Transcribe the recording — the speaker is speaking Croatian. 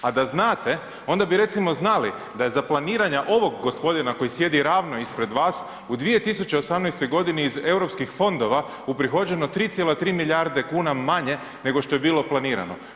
A da znate onda bi recimo znači da je za planiranja ovog gospodina koji sjedi ravno ispred vas u 2018. godini iz europskih fondova uprihođeno 3,3 milijarde kuna manje nego što je bilo planirano.